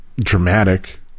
dramatic